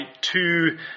two